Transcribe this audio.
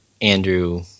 Andrew